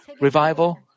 revival